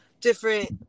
different